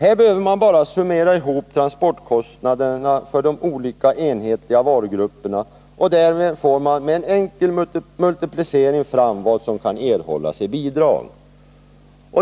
Här behöver man bara summera ihop transportkostnaderna för de olika enhetliga varugrupperna, och därmed får man med en enkel multiplicering fram vad som kan erhållas i bidrag.